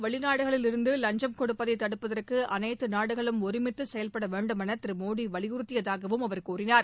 வெளிநாடுகளில் இருந்து லஞ்சம் கொடுப்பதைத் தடுப்பதற்கு அனைத்து நாடுகளும் ஒருமித்து செயல்பட வேண்டும் என திரு மோடி வலியுறுத்தியதாகவும் அவர் தெரிவித்தார்